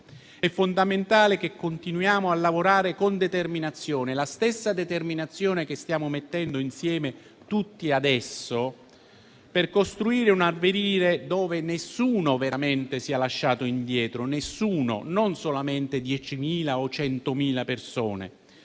È fondamentale che continuiamo a lavorare con determinazione, la stessa determinazione che stiamo mettendo insieme tutti adesso per costruire un avvenire dove nessuno veramente sia lasciato indietro, non solamente 10.000 o 100.000 persone.